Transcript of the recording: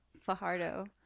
Fajardo